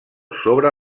sobre